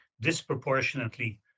disproportionately